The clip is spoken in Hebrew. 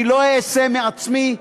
אני לא אעשה מעצמי,